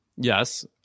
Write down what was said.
Yes